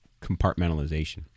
compartmentalization